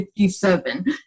57